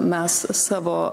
mes savo